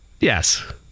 Yes